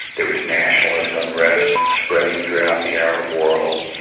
there was nationalist unrest spreading throughout the arab world,